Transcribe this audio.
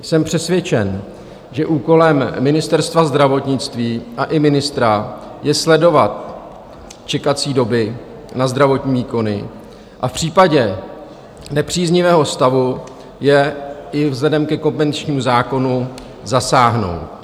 Jsem přesvědčen, že úkolem Ministerstva zdravotnictví a i ministra je sledovat čekací doby na zdravotní výkony a v případě nepříznivého stavu je i vzhledem ke kompetenčnímu zákonu zasáhnout.